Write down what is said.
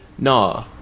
Nah